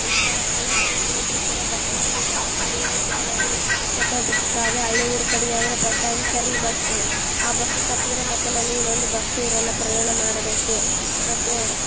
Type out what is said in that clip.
ಈ ಕಾಲೇಜಿಗೆ ಹೋಗೋ ಹುಡ್ಗುರು ಕೂಡ ಬಸ್ಸಿನಲ್ಲಿ ಜಾ ಅಲ್ಲಿ ಇಲ್ಲಿ ತಿರ್ಗಾಡಿ ಕೆಟ್ಟೋಗಿ ಬಿಟ್ಟಿರ್ತಾರೆ ಅದೇ ಹಳ್ಳಿ ಊರು ಕಡೆಗ್ ಆದರೆ ಬಸ್ ಟೈಮ್ ಸರಿ ಬಸ್ಸು ಆ ಬಸ್ ತಪ್ಪಿದರೆ ಮತ್ತು ನಮಗ್ ಇನ್ನೊಂದು ಬಸ್ಸೇ ಇರೋಲ್ಲ ಪ್ರಯಾಣ ಮಾಡೋದಕ್ಕೆ ಮತ್ತು